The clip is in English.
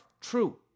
true